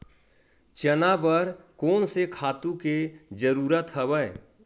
चना बर कोन से खातु के जरूरत हवय?